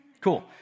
Cool